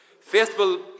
Faithful